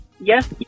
Yes